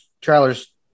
trailers